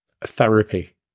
Therapy